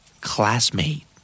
Classmate